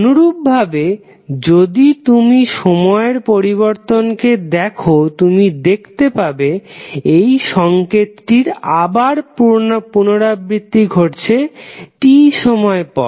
অনুরূপভাবে যদি তুমি সময়ের পরিবর্তনকে দেখো তুমি দেখতে পাবে এই সংকেতটির আবার পুনরাবৃত্তি ঘটছে T সময় পর